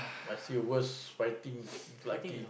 I see the worst fighting in Clarke-Quay